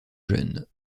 jeune